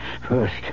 First